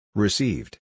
Received